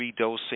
redosing